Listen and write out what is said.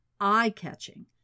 eye-catching